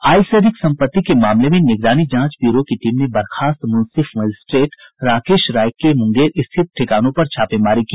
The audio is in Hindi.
आय से अधिक सम्पत्ति के मामले में निगरानी जांच ब्यूरो की टीम ने बर्खास्त मुंसिफ मजिस्ट्रेट राकेश राय के मुंगेर स्थित ठिकानों पर छापेमारी की